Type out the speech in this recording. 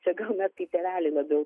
čia gal mes kaip tėveliai labiau